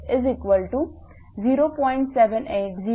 2510 4Kgm0